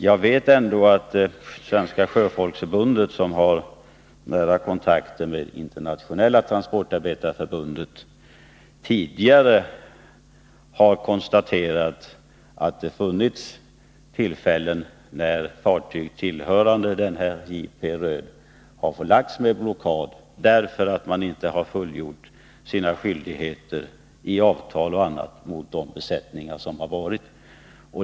Jag vet ändå att Svenska sjöfolksförbundet, som har nära kontakter med Internationella transportarbetarfederationen, tidigare har konstaterat att det funnits tillfällen när fartyg tillhörande J.P. Röed har belagts med blockad, därför att man inte fullgjort sina skyldigheter enligt avtal mot besättningen.